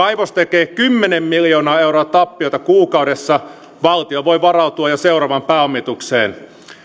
kaivos tekee kymmenen miljoonaa euroa tappiota kuukaudessa valtio voi varautua jo seuraavaan pääomitukseen